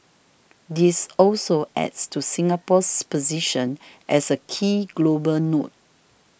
this also adds to Singapore's position as a key global node